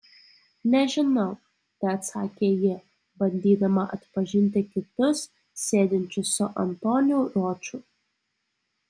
nežinau teatsakė ji bandydama atpažinti kitus sėdinčius su antoniu roču